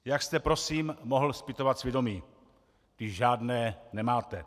Jak jste prosím mohl zpytovat svědomí, když žádné nemáte?